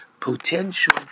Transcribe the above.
potential